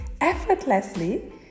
effortlessly